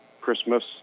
Christmas